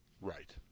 Right